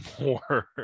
more